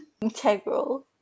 Integral